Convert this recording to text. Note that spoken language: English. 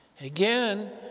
Again